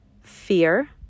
fear